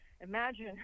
imagine